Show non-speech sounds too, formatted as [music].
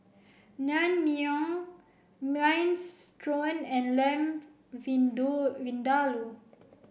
Naengmyeon Minestrone and Lamb [unintelligible] Vindaloo